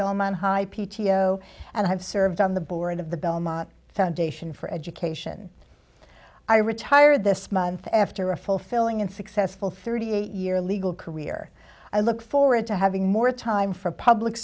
belmont high p t o and i have served on the board of the belmont foundation for education i retired this month after a fulfilling and successful thirty eight year legal career i look forward to having more time for public